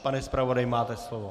Pane zpravodaji, máte slovo.